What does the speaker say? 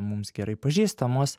mums gerai pažįstamos